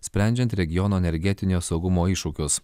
sprendžiant regiono energetinio saugumo iššūkius